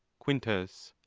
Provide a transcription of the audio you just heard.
quintus.